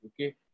Okay